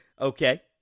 Okay